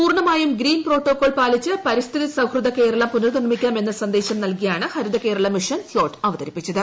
പൂർണ്ണമായും green protocol പാലിച്ച് പരിസ്ഥിതി സൌഹൃദ കേരളം പുനർനിർമ്മിക്കാം എന്ന സന്ദേശം നൽകിയാണ് ഹരിതകേരളം മിഷൻ ഫ്ട്ളോട്ട് അവതരിപ്പിച്ചത്